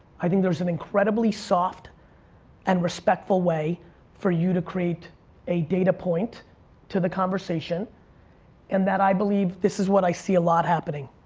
i think there's an incredibly soft and respectful way for you to create a data point to the conversation and that i believe this is what i see a lot happening,